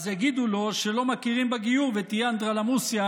אז יגידו לו שלא מכירים בגיור ותהיה אנדרלמוסיה,